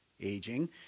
aging